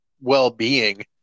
well-being